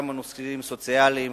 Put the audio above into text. גם בנושאים סוציאליים,